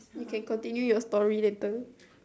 you can continue your story later